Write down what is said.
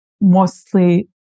mostly